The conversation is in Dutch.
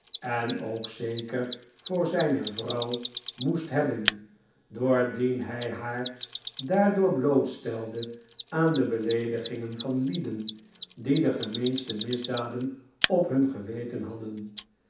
en ook zeker voor zijne vrouw moest hebben doordien hij haar daardoor blootstelde aan de beleedi gingen van lieden die de gemeenste misdaden op hun geweten hadden